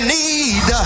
need